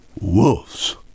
Wolves